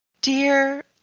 dear